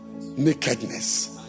Nakedness